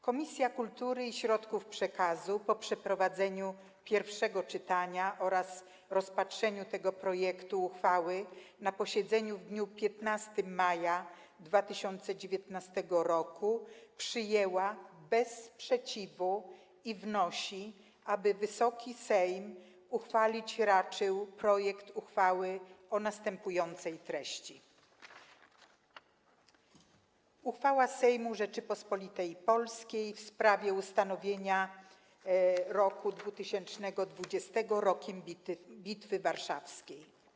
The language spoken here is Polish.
Komisja Kultury i Środków Przekazu, po przeprowadzeniu pierwszego czytania oraz rozpatrzeniu tego projektu uchwały na posiedzeniu w dniu 15 maja 2019 r., przyjęła go bez sprzeciwu i wnosi, aby Wysoki Sejm uchwalić raczył projekt uchwały o następującej treści: „Uchwała Sejmu Rzeczypospolitej Polskiej w sprawie ustanowienia roku 2020 Rokiem Bitwy Warszawskiej.